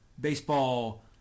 baseball